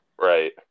Right